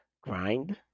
grind